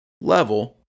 level